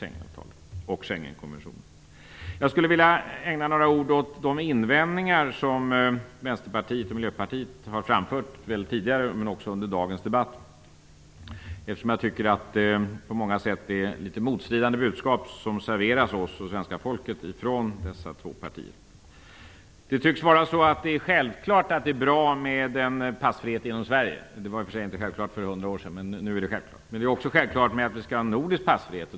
Jag skulle vilja ägna mig åt att med några ord kommentera de invändningar som Vänsterpartiet och Miljöpartiet tidigare och också i dagens debatt framfört. Jag tycker nämligen att det på många sätt är litet motstridiga budskap som serveras oss och det svenska folket från dessa två partier. Det tycks vara självklart att det är bra med passfrihet inom Sverige - det var inte självklart för 100 år sedan. Det är även självklart att vi skall ha en nordisk passfrihet.